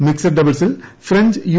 mixed ഡബിൾസിൽ French U